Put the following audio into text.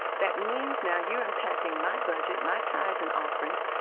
that means now you're impacting my budget my tithes and offerings,